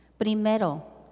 Primero